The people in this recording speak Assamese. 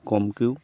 কমকৈও